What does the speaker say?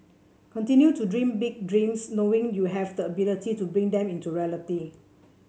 continue to dream big dreams knowing you have the ability to bring them into reality